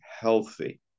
healthy